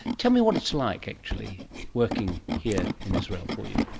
tell me what it's like actually working here in israel for you.